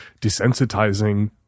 desensitizing